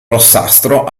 rossastro